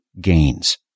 gains